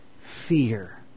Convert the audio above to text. fear